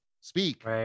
speak